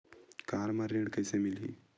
Car म ऋण कइसे मिलही?